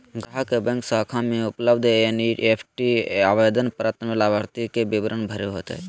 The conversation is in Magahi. ग्राहक के बैंक शाखा में उपलब्ध एन.ई.एफ.टी आवेदन पत्र में लाभार्थी के विवरण भरे होतय